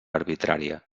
arbitrària